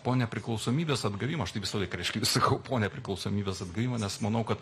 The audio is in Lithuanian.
po nepriklausomybės atgavimo aš taip visą laiką reiškia sakau po nepriklausomybės atgavimo nes manau kad